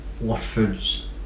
Watford's